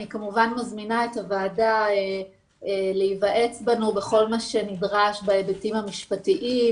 אני כמובן מזמינה את הוועדה להיוועץ בנו בכל מה שנדרש בהיבטים המשפטיים,